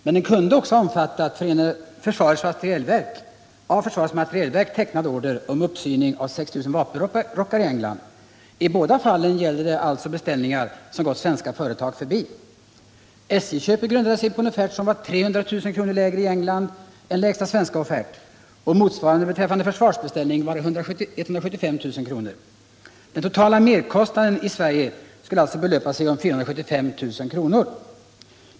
Men den kunde också ha omfattat av försvarets materielverk tecknade order om uppsyning av 6 000 vapenrockar i England. I båda fallen gäller det alltså beställningar som gått svenska företag förbi. SJ:s köp grundade sig på en offert som var 300 000 kr. lägre i England än lägsta svenska offert, och motsvarande för försvarsbeställningen var 175 000 kr. Den totala merkostnaden i Sverige skulle alltså belöpa sig till 475 000 kr.